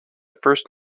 first